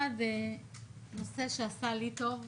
אחד, נושא שעשה לי טוב.